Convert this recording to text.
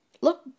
look